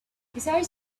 besides